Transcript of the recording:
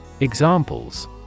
Examples